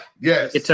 Yes